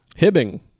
Hibbing